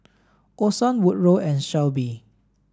Orson Woodrow and Shelbie